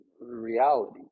reality